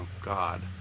God